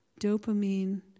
dopamine